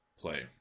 play